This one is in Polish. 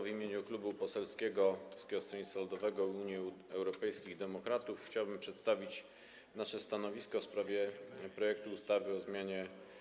W imieniu Klubu Poselskiego Polskiego Stronnictwa Ludowego - Unii Europejskich Demokratów chciałbym przedstawić nasze stanowisko w sprawie projektu ustawy o zmianie